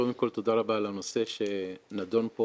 קודם כל תודה רבה על הנושא שנדון פה.